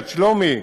עד שלומי,